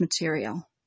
material